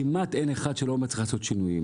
כמעט אין אחד שלא אומר שלא צריך לעשות שינויים.